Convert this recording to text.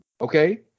Okay